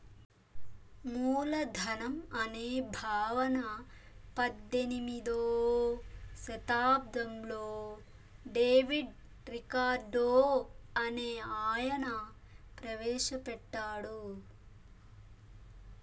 మూలధనం అనే భావన పద్దెనిమిదో శతాబ్దంలో డేవిడ్ రికార్డో అనే ఆయన ప్రవేశ పెట్టాడు